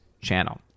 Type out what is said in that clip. channel